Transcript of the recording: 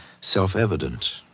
self-evident